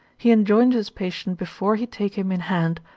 he enjoins his patient before he take him in hand,